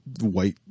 white